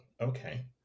okay